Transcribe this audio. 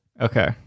Okay